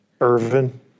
Irvin